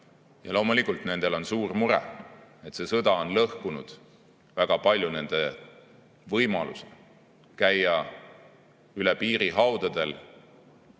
Loomulikult, nendel on suur mure: see sõda on lõhkunud väga palju nende võimaluse käia üle piiri haudadel,